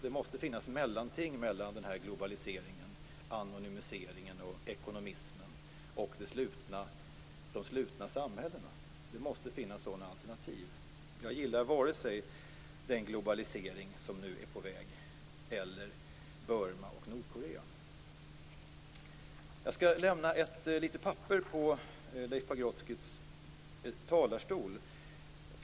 Det måste finnas ett mellanting mellan den här globaliseringen, anonymiseringen och ekonomismen och de slutna samhällena. Det måste finnas sådana alternativ. Jag gillar varken den globalisering som nu är på väg eller Burma och Nordkorea. Jag skall lämna ett papper på Leif Pagrotskys talarstol.